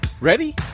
Ready